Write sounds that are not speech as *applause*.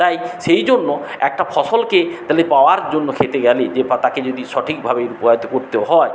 তাই সেই জন্য একটা ফসলকে তাহলে পাওয়ার জন্য খেতে গেলে যে বা তাকে যদি সঠিকভাবে *unintelligible* করতে হয়